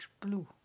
blue